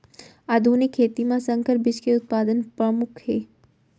आधुनिक खेती मा संकर बीज के उत्पादन परमुख हे